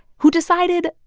who decided,